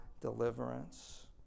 deliverance